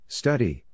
study